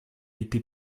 été